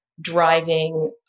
driving